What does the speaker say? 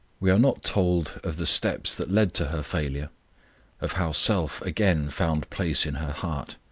we are not told of the steps that led to her failure of how self again found place in her heart.